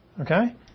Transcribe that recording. Okay